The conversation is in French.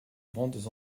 grandes